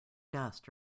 dust